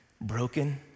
broken